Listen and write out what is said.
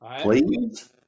please